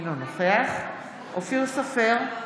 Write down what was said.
אינו נוכח אופיר סופר,